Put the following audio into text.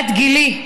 בת גילי,